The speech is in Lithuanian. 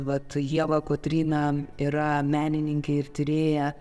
vat ieva kotryna yra menininkė ir tyrėja